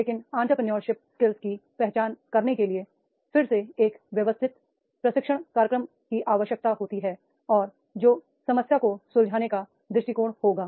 लेकिन entrepreneurship skill की पहचान करने के लिए फिर से एक व्यवस्थित प्रशिक्षण कार्यक्रम की आवश्यकता होती है और जो समस्या को सुलझाने का दृष्टिकोण होगा